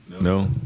No